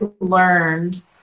learned